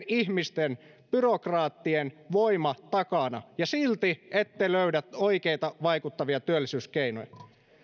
ihmisten byrokraattien voima takana ja silti ette löydä oikeita vaikuttavia työllisyyskeinoja